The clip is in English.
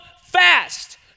fast